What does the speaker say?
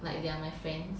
like they are my friends